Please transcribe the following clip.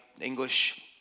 English